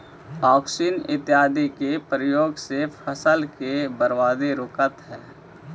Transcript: auxin इत्यादि के प्रयोग से फसल के बर्बादी रुकऽ हई